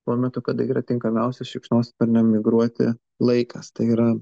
tuo metu kada yra tinkamiausias šikšnosparniam migruoti laikas tai yra